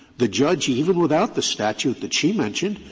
the judge, even without the statute that she mentioned,